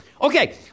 Okay